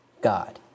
God